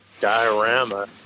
diorama